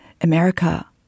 America